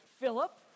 Philip